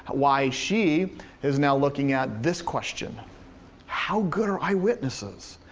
why she is now looking at this question how good are eye witnesses?